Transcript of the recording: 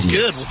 good